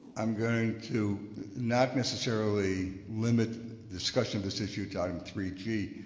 i'm going to not necessarily limit discussion of this issue to item three g,